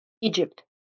Egypt